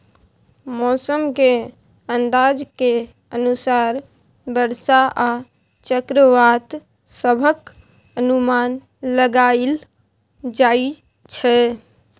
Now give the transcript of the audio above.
मौसम के अंदाज के अनुसार बरसा आ चक्रवात सभक अनुमान लगाइल जाइ छै